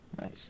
Nice